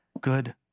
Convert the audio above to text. good